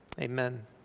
amen